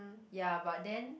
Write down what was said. ya but then